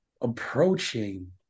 approaching